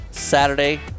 Saturday